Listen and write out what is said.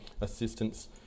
assistance